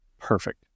perfect